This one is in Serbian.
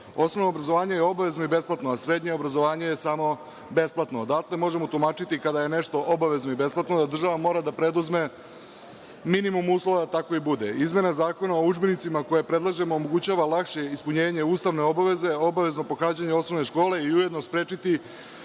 Osnovno obrazovanje je obavezno i besplatno, a srednje obrazovanje je samo besplatno. Odatle možemo tumačiti kada je nešto obavezno i besplatno, da država mora da preduzme minimum uslova da tako i bude. Izmena Zakona o udžbenicima koju predlažemo omogućava lakše ispunjenje ustavne obaveze o obaveznom pohađanju osnovne škole i ujedno će sprečiti